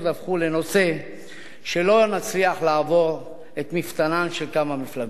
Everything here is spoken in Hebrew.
הפכו לנושא שלא מצליח לעבור את מפתנן של כמה מפלגות.